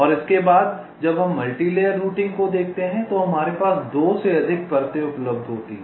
और इसके बाद जब हम मल्टीलेयर रूटिंग को देखते हैं तो हमारे पास 2 से अधिक परतें उपलब्ध होती हैं